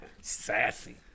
sassy